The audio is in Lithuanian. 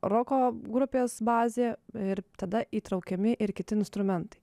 roko grupės bazė ir tada įtraukiami ir kiti instrumentai